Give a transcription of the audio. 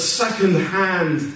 second-hand